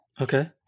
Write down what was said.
Okay